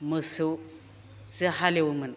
मोसौजो हालएवोमोन